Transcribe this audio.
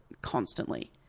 constantly